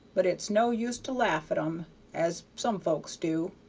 but it's no use to laugh at em as some folks do.